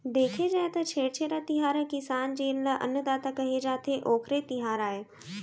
देखे जाए त छेरछेरा तिहार ह किसान जेन ल अन्नदाता केहे जाथे, ओखरे तिहार आय